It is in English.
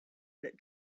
that